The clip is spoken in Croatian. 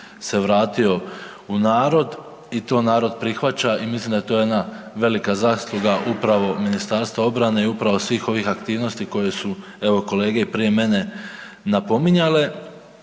se vratio u narod i to narod prihvaća i mislim da je to jedna velika zasluga upravo Ministarstva obrane i upravo svih ovih aktivnosti koje su evo kolege prije mene napominjale.